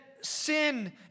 sin